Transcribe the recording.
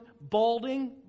balding